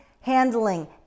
handling